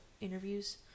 interviews